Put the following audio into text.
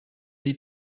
die